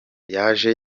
yaje